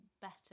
better